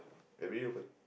everyday open